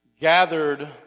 gathered